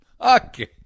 Okay